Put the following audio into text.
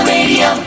Radio